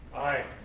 aye.